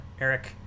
Eric